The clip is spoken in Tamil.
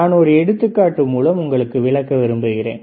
நான் ஒரு எடுத்துக்காட்டு மூலம் உங்களுக்கு விளக்க விரும்புகிறேன்